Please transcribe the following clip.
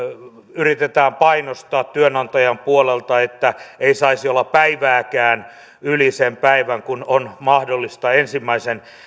yritetään painostaa työnantajan puolelta että ei saisi olla päivääkään yli sen päivän kun on mahdollista ensimmäisen